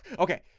okay?